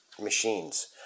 machines